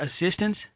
assistance